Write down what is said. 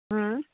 होम